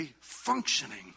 functioning